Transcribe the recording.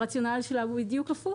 הרציונל שלנו הוא בדיוק הפוך